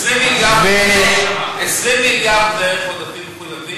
20 מיליארד בערך עודפים מחויבים,